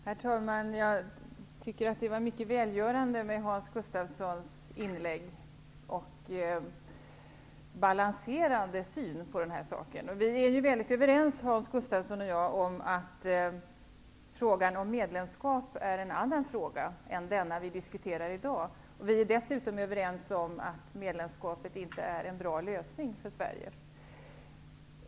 Herr talman! Jag tycker att det var mycket välgörande med Hans Gustafssons inlägg och hans balanserade syn i den här frågan. Hans Gustafsson och jag är mycket överens om att frågan om medlemskap är en annan fråga än den vi diskuterar i dag. Vi är dessutom överens om att medlemskapet inte är en bra lösning för Sverige.